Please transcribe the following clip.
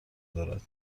دارد